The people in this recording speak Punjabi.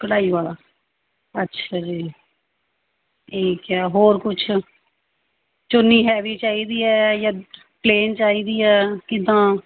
ਕਢਾਈ ਵਾਲਾ ਅੱਛਾ ਜੀ ਠੀਕ ਹੈ ਹੋਰ ਕੁਛ ਚੁੰਨੀ ਹੈਵੀ ਚਾਹੀਦੀ ਹੈ ਜਾਂ ਪਲੇਨ ਚਾਹੀਦੀ ਹੈ ਕਿੱਦਾਂ